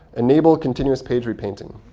enable continuous page repainting.